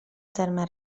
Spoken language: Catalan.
terme